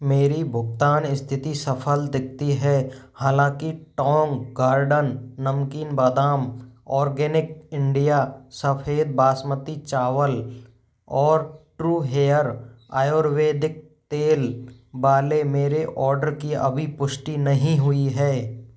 मेरी भुगतान स्थिति सफल दिखती है हालाँकि टौंग गार्डन नमकीन बादाम आर्गेनिक इंडिया सफ़ेद बासमती चावल और ट्रू हेयर आयुर्वेदिक तेल वाले मेरे आर्डर की अभी पुष्टि नहीं हुई है